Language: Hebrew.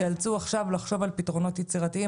ייאלצו עכשיו לחשוב על פתרונות יצירתיים